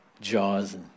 jaws